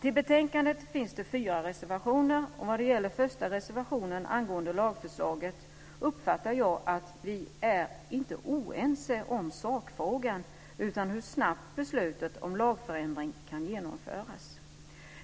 I betänkandet finns det fyra reservationer. Vad det gäller första reservationen angående lagförslaget uppfattar jag det som att vi inte är oense om sakfrågan utan om hur snabbt beslutet om lagförändring kan genomföras.